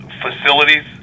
facilities